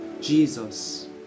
Jesus